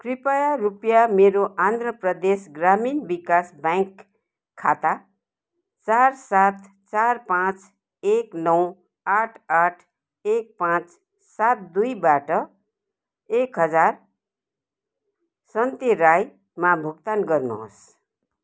कृपया रुपियाँ मेरो आन्ध्र प्रदेश ग्रामीण विकास ब्याङ्क खाता चार सात चार पाँच एक नौ आठ आठ एक पाँच सात दुईबाट एक हजार सन्ते राईमा भुक्तान गर्नुहोस्